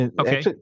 Okay